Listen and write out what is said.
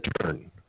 turn